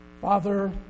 Father